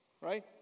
right